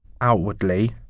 outwardly